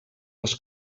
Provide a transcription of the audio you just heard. les